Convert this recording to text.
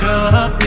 up